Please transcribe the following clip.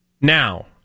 Now